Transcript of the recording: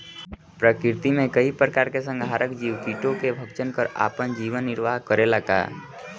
प्रकृति मे कई प्रकार के संहारक जीव कीटो के भक्षन कर आपन जीवन निरवाह करेला का?